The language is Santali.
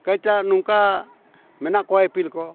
ᱠᱟᱹᱡ ᱱᱚᱝᱠᱟ ᱢᱮᱱᱟᱜ ᱠᱚᱣᱟ ᱮᱯᱤᱞ ᱠᱚ